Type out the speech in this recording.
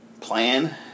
plan